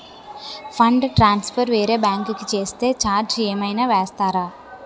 Fund transfer వేరే bank కి చేస్తే ఛార్జ్ ఏమైనా వేస్తారా?